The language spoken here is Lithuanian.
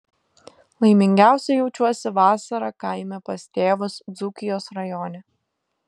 laimingiausia jaučiuosi vasarą kaime pas tėvus dzūkijos rajone